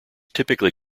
typically